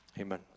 Amen